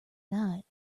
night